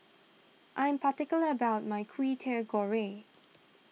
I am particular about my Kwetiau Goreng